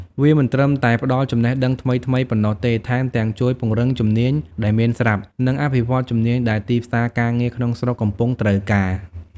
វាមិនត្រឹមតែផ្ដល់ចំណេះដឹងថ្មីៗប៉ុណ្ណោះទេ ថែមទាំងជួយពង្រឹងជំនាញដែលមានស្រាប់ និងអភិវឌ្ឍជំនាញដែលទីផ្សារការងារក្នុងស្រុកកំពុងត្រូវការ។